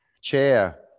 Chair